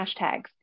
hashtags